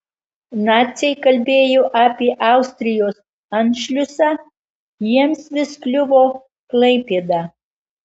naciai kalbėjo apie austrijos anšliusą jiems vis kliuvo klaipėda